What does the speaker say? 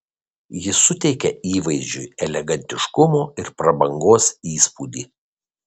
jis suteikia įvaizdžiui elegantiškumo ir prabangos įspūdį